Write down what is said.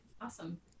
awesome